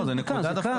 זה קל.